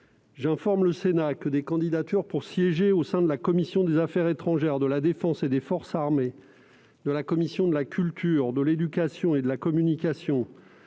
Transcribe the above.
J'informe le Sénat que des candidatures pour siéger au sein de la commission des affaires étrangères, de la défense et des forces armées, de la commission de la culture, de l'éducation et de la communication